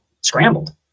scrambled